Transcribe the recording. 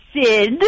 Sid